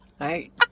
Right